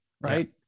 right